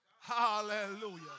Hallelujah